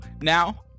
Now